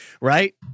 right